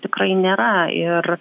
tikrai nėra ir